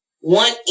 one